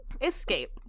escape